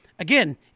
Again